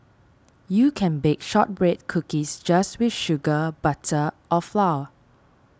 you can bake Shortbread Cookies just with sugar butter or flour